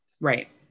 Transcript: right